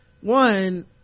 One